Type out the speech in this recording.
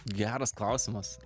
geras klausimas